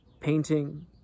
painting